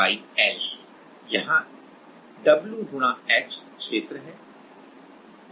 यहां W H क्षेत्र है और E Young modulus Young's modulus है